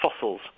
fossils